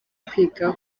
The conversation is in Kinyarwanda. kwiga